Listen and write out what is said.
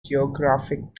geographic